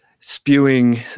spewing